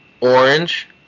orange